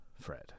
Fred